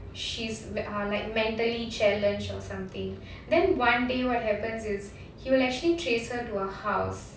she's uh like mentally challenged or something then one day what happens is he will actually trace her to a house